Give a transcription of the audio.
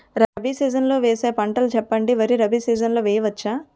Rabi season లో వేసే పంటలు చెప్పండి? వరి రబీ సీజన్ లో వేయ వచ్చా?